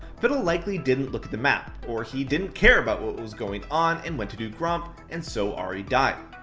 fiddle likely didn't look at the map, or he didn't care about what was going on and went to do gromp, and so ahri died.